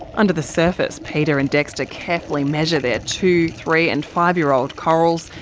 under the surface, peter and dexter carefully measure their two, three and five-year-old corals,